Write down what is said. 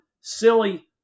silly